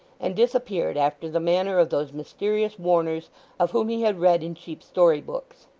and disappeared after the manner of those mysterious warners of whom he had read in cheap story-books.